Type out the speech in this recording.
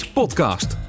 podcast